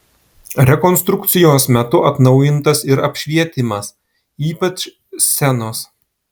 rekonstrukcijos metu atnaujintas ir apšvietimas ypač scenos